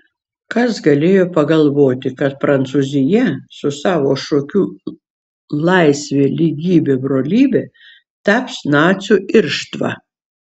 kas galėjo pagalvoti kad prancūzija su savo šūkiu laisvė lygybė brolybė taps nacių irštva